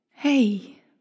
Hey